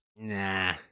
Nah